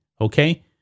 Okay